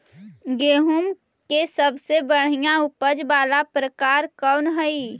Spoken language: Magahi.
गेंहूम के सबसे बढ़िया उपज वाला प्रकार कौन हई?